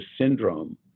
syndrome